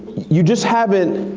you just haven't